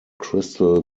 crystal